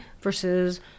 versus